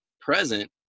present